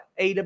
AW